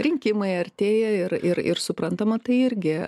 rinkimai artėja ir ir suprantama tai irgi